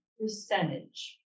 percentage